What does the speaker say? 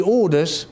orders